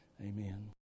Amen